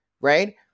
right